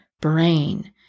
Brain